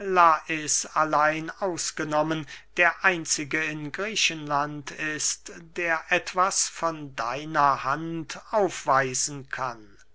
der einzige in griechenland ist der etwas von deiner hand aufweisen kann